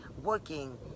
working